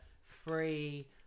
free